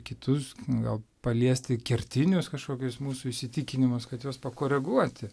kitus gal paliesti kertinius kažkokius mūsų įsitikinimus kad juos pakoreguoti